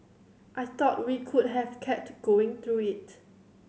I thought we could have kept going through it